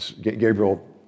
Gabriel